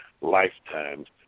lifetimes